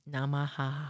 Namaha